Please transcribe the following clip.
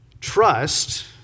Trust